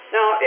Now